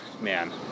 man